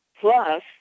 plus